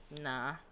nah